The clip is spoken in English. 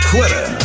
Twitter